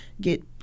get